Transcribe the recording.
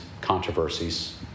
controversies